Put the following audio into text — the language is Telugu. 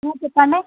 చెప్పండి